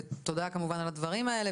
ותודה כמובן על הדברים האלה,